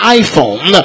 iphone